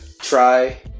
try